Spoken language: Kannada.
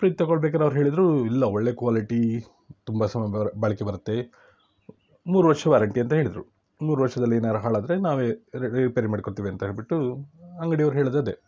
ಫ್ರಿಜ್ ತೊಗೊಳ್ಬೇಕಾರ್ ಅವ್ರು ಹೇಳಿದ್ರು ಇಲ್ಲ ಒಳ್ಳೆ ಕ್ವಾಲಿಟಿ ತುಂಬ ಸಮಯ ಬಾಳಿಕೆ ಬರತ್ತೆ ಮೂರು ವರ್ಷ ವಾರಂಟಿ ಅಂತ ಹೇಳಿದರು ಮೂರು ವರ್ಷದಲ್ಲಿ ಏನಾರ ಹಾಳಾದರೆ ನಾವೇ ರಿಪೇರಿ ಮಾಡಿಕೊಡ್ತೆವೆ ಅಂತ್ಹೇಳ್ಬಿಟ್ಟು ಅಂಗಡಿಯವ್ರು ಹೇಳಿದ್ದು ಅದೇ